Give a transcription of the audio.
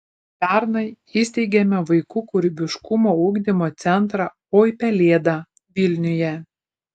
pernai įsteigėme vaikų kūrybiškumo ugdymo centrą oi pelėda vilniuje